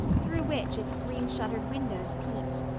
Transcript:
through which its green-shuttered windows peeped.